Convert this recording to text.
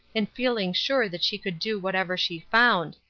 and feeling sure that she could do whatever she found,